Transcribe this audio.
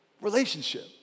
Relationship